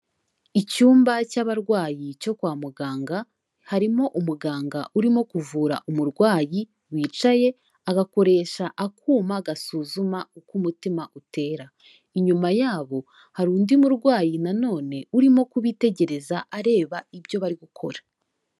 Icyumba cy'abarwayi cyo kwa muganga harimo umuganga urimo kuvura umurwayi wicaye agakoresha akuma gasuzuma uko umutima utera, inyuma yabo hari undi murwayi nanone urimo kubitegereza areba ibyo bari gukora.